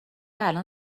الان